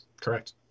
correct